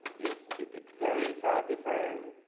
is various ah different